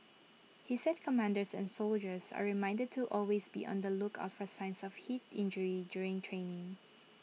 he said commanders and soldiers are reminded to always be on the lookout for signs of heat injury during training